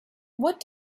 what